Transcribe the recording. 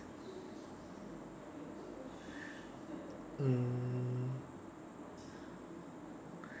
mm